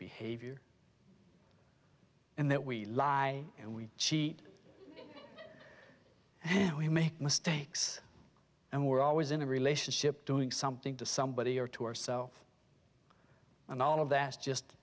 behavior and that we lie and we cheat and we make mistakes and we're always in a relationship doing something to somebody or to ourself and all of that is just